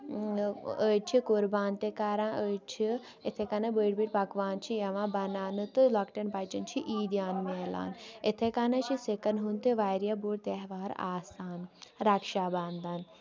أڈۍ چھِ قُربان تہِ کران أڈۍ چھِ یِتھٕے کَنیتھ بٔڑ بٔڑ پَکوان چھِ یِوان بَناونہٕ تہٕ لۄکٹٮ۪ن بَچین چھُ عیٖدیان مِلان یِتھٕے کَنیتھ چھُ سِکن ہُنٛد تہِ واریاہ بوٚڑ تہوار آسان رَکشا بندن